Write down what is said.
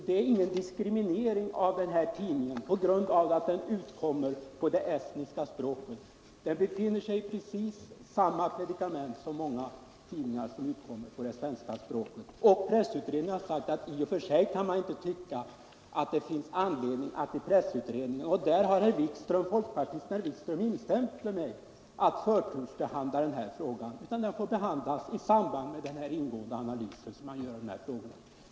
Det är ingen diskriminering av den här tidningen på grund av att den utkommer på estniska språket. Tidningen befinner sig i precis samma predikament som många andra tidningar som utkommer på svenska språket. Presstödsutredningen har sagt att i och för sig kan man inte tycka — och däri har folkpartisten herr Wikström instämt — att det finns anledning att i utredningen förtursbehandla denna fråga, utan den får behandlas i samband med den ingående analys som man gör i dessa frågor.